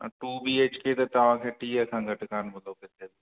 अ two B H K त तव्हांखे टीह खां घटि कोन्ह थो